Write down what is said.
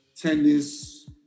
tennis